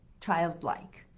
childlike